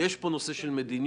יש פה נושא של מדיניות,